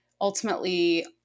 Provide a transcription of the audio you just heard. ultimately